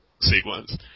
sequence